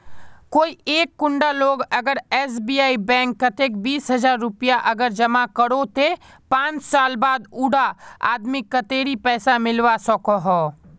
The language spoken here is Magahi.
कोई एक कुंडा लोग अगर एस.बी.आई बैंक कतेक बीस हजार रुपया अगर जमा करो ते पाँच साल बाद उडा आदमीक कतेरी पैसा मिलवा सकोहो?